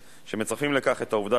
בעד,